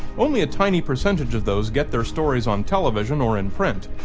only a tiny percentage of those get their stories on television or in print,